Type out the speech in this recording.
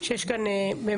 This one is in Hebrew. שיש כאן באמת,